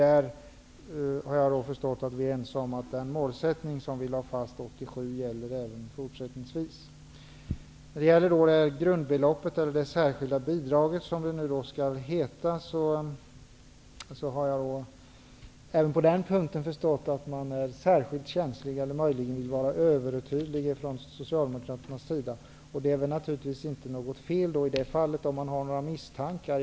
Jag har förstått att vi är ense om att den målsättning som lades fast 1987 gäller även fortsättningsvis. När det gäller grundbeloppet, eller det särskilda bidraget som det nu skall heta, har jag förstått att man även där är särskilt känslig, eller möjligen övertydlig, från Socialdemokraternas sida. Det är naturligtvis inte något fel, om man har misstankar.